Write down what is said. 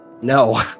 No